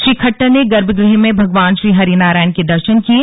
श्री खट्टर ने गर्भ गृह में भगवान श्री हरि नारायण के दर्शन किये